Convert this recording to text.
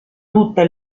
tutte